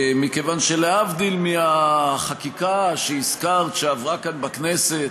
מכיוון שלהבדיל מהחקיקה שהזכרת, שעברה כאן בכנסת,